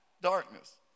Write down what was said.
darkness